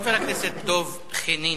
חבר הכנסת דב חנין.